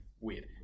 weird